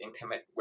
intimate